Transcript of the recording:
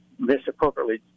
misappropriately